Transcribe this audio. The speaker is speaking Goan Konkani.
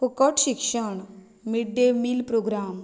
फुकट शिक्षम मिड डे मील प्रोग्राम